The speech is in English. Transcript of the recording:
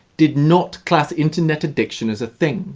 did not class internet addiction as a thing. so,